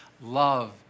Love